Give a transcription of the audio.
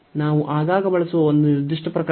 ನಾವು ಆಗಾಗ ಬಳಸುವ ಒಂದು ನಿರ್ದಿಷ್ಟ ಪ್ರಕರಣ